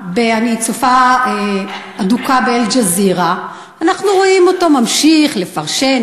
אני צופה אדוקה ב"אל-ג'זירה" אנחנו רואים אותו ממשיך לפרשן,